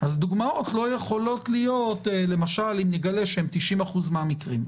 אז דוגמאות לא יכולות להיות 90% מן המקרים,